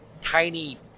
tiny